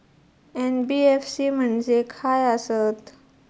NBFC म्हणजे खाय आसत?